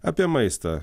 apie maistą